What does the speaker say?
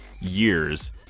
years